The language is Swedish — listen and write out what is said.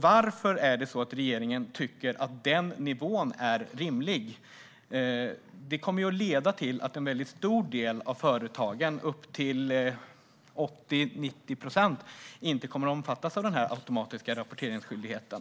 Varför tycker regeringen att den nivån är rimlig? Det kommer att leda till att en väldigt stor del av företagen - upp till 80, 90 procent - inte kommer att omfattas av den automatiska rapporteringsskyldigheten.